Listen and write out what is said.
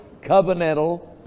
covenantal